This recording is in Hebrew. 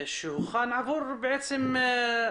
נעשו פעולות רבות מול הדבר הזה ואגב,